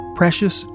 precious